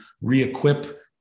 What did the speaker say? re-equip